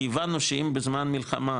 כי הבנו שאם בזמן מלחמה,